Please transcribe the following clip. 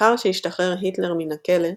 לאחר שהשתחרר היטלר מן הכלא,